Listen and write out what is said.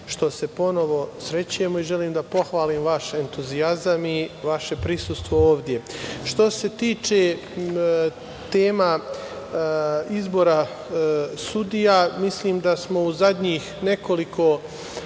što se ponovo srećemo i želim da pohvalim vaš entuzijazam i vaše prisustvo ovde. Što se tiče tema izbora sudija, mislim da smo u zadnjih nekoliko